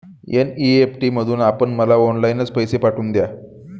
NEFT मधून आपण मला ऑनलाईनच पैसे पाठवून द्या